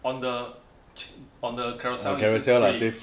on the on the Carousell he say free